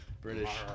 British